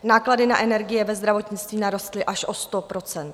Náklady na energie ve zdravotnictví narostly až o 100 %.